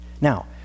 Now